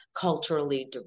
culturally